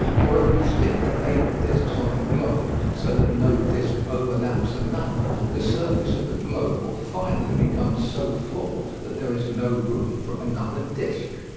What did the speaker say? for if we stick the paper discs on the globe, so that no disc overlaps another, the surface of the globe will finally become so full that there is no room for another disc.